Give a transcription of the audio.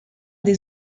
des